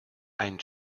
ein